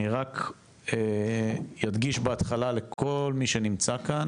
אני רק אדגיש בהתחלה לכל מי שנוכח כאן,